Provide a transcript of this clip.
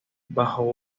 bajo